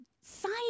Sign